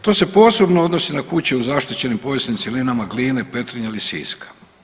To se posebno odnosi na kuće u zaštićenim povijesnim cjelinama Gline, Petrinje ili Siska.